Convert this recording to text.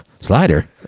slider